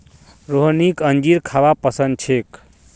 रोहिणीक अंजीर खाबा पसंद छेक